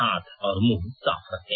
हाथ और मुंह साफ रखें